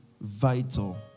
vital